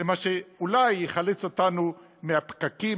למה שאולי יחלץ אותנו מהפקקים,